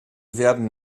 werden